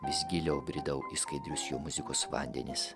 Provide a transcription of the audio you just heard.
vis giliau bridau į skaidrius jo muzikos vandenis